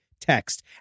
text